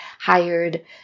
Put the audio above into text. hired